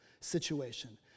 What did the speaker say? situation